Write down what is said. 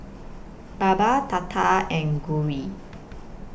Baba Tata and Gauri